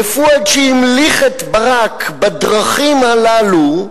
ופואד, שהמליך את ברק בדרכים הללו,